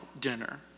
dinner